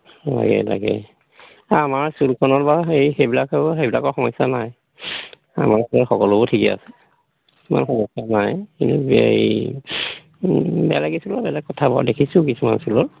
লাগে লাগে আমাৰ স্কুলখনত বাৰু সেই সেইবিলাক সেইবিলাকৰ সমস্যা নাই আমাৰ স্কুলৰ সকলোবোৰ ঠিকে আছে ইমান সমস্যা নাই কিন্তু এই বেলেগ স্কুলৰ বাৰু বেলেগ কথা বাৰু দেখিছোঁ কিছুমান স্কুলৰ